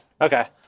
Okay